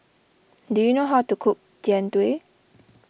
do you know how to cook Jian Dui